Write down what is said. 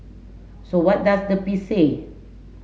so what does the piece say